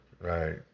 Right